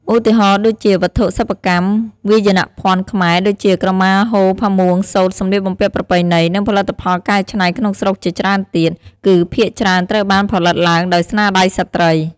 ឧទាហរណ៍ដូចជា វត្ថុសិប្បកម្ម វាយនភ័ណ្ឌខ្មែរ ដូចជា ក្រមា ហូល ផាមួង សូត្រ សំលៀកបំពាក់ប្រពៃណី និងផលិតផលកែច្នៃក្នុងស្រុកជាច្រើនទៀត គឺភាគច្រើនត្រូវបានផលិតឡើងដោយស្នាដៃស្ត្រី។